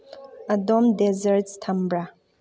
ꯑꯗꯣꯝ ꯗꯦꯖꯔꯠꯁ ꯊꯝꯕ꯭ꯔꯥ